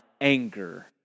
anger